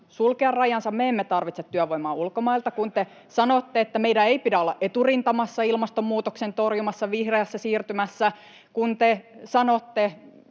sulkea rajansa ja me emme tarvitse työvoimaa ulkomailta, kun te sanotte, että meidän ei pidä olla eturintamassa ilmastonmuutoksen torjunnassa ja vihreässä siirtymässä, ja kun te sanotte